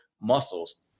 muscles